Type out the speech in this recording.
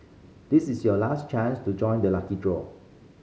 this is your last chance to join the lucky draw